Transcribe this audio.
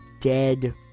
dead